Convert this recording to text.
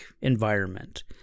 environment